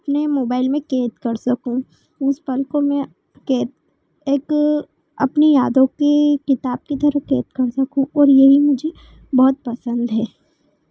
अपने मोबाईल में कैद कर सकूँ उस पल को मैं कैद एक अपनी यादों की किताब की तरह कैद कर सकू और यहीं मुझे बहुत पसंद है